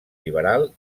liberal